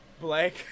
Blake